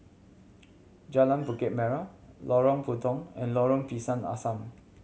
Jalan Bukit Merah Lorong Puntong and Lorong Pisang Asam